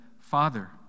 Father